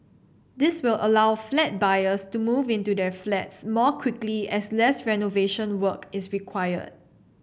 this will allow flat buyers to move into their flats more quickly as less renovation work is required